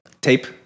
Tape